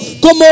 como